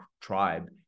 Tribe